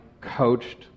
coached